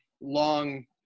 long